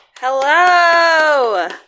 hello